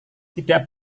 tidak